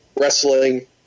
wrestling